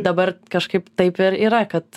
dabar kažkaip taip ir yra kad